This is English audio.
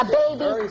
baby